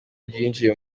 byinjiye